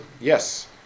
yes